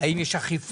האם יש אכיפה,